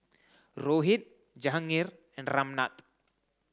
Rohit Jehangirr and Ramnath